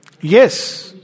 Yes